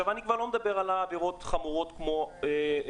אני כבר לא מדבר על עבירות חמורות כמו רמזור